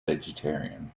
vegetarian